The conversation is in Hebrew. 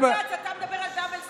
אתה מדבר על double standard?